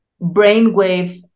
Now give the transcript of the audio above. brainwave